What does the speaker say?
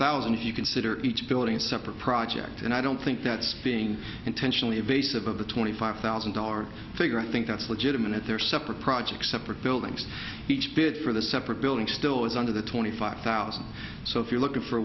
thousand if you consider each building separate project and i don't think that's being intentionally invasive of the twenty five thousand dollars figure i think that's legitimate if they're separate projects separate buildings each bid for the separate building still is under the twenty five thousand so if you're looking for